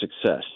success